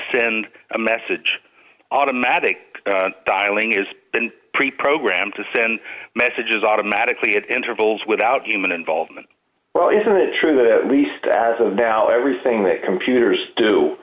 send a message automatic dialing is been preprogrammed to send messages automatically at intervals without human involvement well isn't it true that a least as of now everything that computers